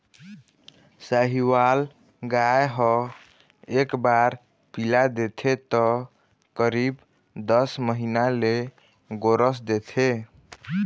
साहीवाल गाय ह एक बार पिला देथे त करीब दस महीना ले गोरस देथे